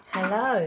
Hello